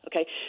Okay